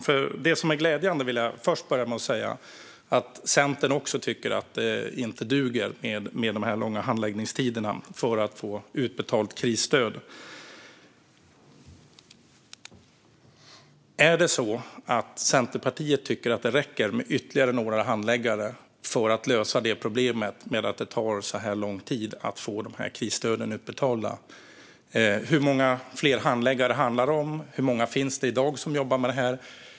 Först vill jag säga att det är glädjande att Centern också tycker att det inte duger med de här långa handläggningstiderna för att få krisstöd utbetalt. Men tycker Centerpartiet att det räcker med ytterligare några handläggare för att lösa problemet med att det tar så lång tid att få krisstöden utbetalda? Hur många fler handläggare handlar det om? Hur många finns det i dag som jobbar med detta?